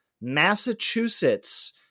Massachusetts